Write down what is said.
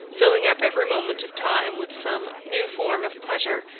filling up every moment of time with some new form of pleasure,